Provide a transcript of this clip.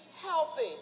healthy